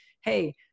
hey